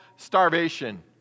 starvation